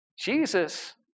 Jesus